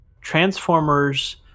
Transformers